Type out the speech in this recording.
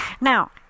Now